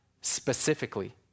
specifically